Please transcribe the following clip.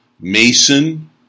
Mason